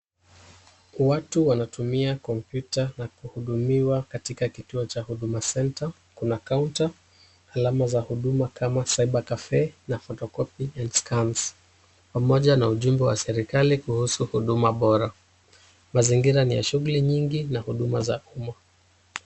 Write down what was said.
Watu wanatumia komyuta na kuhudumiwa katika kituo cha HUDUMA CENTER, kuna kaunta, alama za huduma kama Cyber Cafe na photocopy and scans , pamoja na ujumbe wa serikali kuhusu huduma bora. Mazingira ni ya shughuli nyingi na huduma za umma.